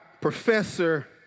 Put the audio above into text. professor